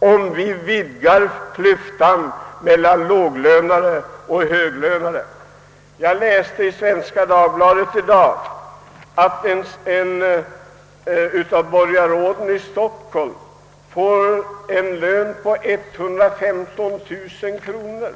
man vidgar klyftan mellan låglönade och höglönade.» Jag läste i Svenska Dagbladet i dag att borgarråden i Stockholm får en lön på 115 000 kronor.